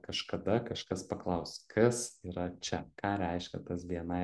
kažkada kažkas paklaus kas yra čia ką reiškia tas bni